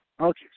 Okay